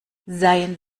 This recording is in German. seien